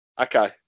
Okay